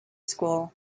school